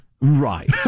Right